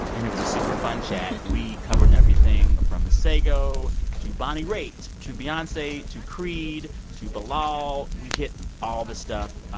and it was a super fun chat. we covered everything from masego to bonnie raitt to beyonce to creed to bilal. we hit all the stuff.